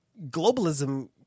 globalism